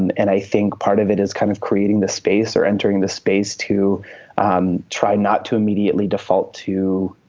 and and i think part of it is kind of creating the space or entering the space to um try not to immediately default to,